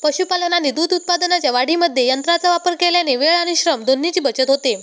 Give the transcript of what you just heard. पशुपालन आणि दूध उत्पादनाच्या वाढीमध्ये यंत्रांचा वापर केल्याने वेळ आणि श्रम दोन्हीची बचत होते